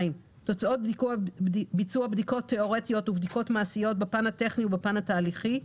תוצאות ביצוע בדיקות תיאורטיות ובדיקות מעשיות בפן הטכני ובפן התהליכי,